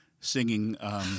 singing